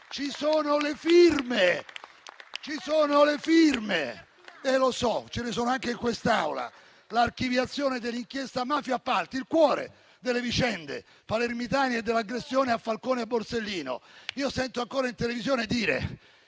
e appalti, ci sono le firme. Lo so, e ce ne sono anche in quest'Aula. L'archiviazione dell'inchiesta Mafia e appalti è il cuore delle vicende palermitane e dell'aggressione a Falcone e Borsellino. Io sento ancora in televisione dire